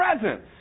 presence